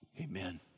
amen